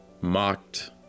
mocked